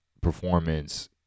performance